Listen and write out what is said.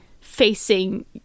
facing